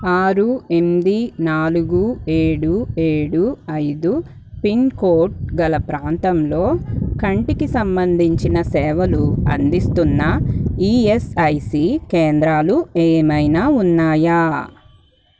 ఆరు ఎనిమిది నాలుగు ఏడు ఏడు ఐదు పిన్కోడ్ గల ప్రాంతంలో కంటికి సంబంధించిన సేవలు అందిస్తున్న ఈఎస్ఐసి కేంద్రాలు ఏమైనా ఉన్నాయా